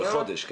לחודש?